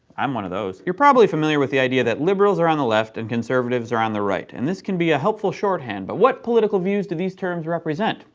i'm one of those. you're probably familiar with the idea that liberals are on the left, and conservatives are on the right. and this can be a helpful shorthand, but what political views do these terms represent?